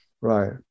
right